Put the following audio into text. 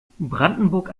brandenburg